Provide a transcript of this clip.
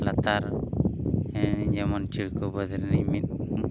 ᱞᱟᱛᱟᱨ ᱡᱮᱢᱚᱱ ᱪᱤᱲᱠᱟᱹᱵᱟᱹᱫᱽ ᱨᱮᱱᱤᱡ ᱢᱤᱫ